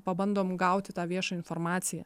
pabandom gauti tą viešą informaciją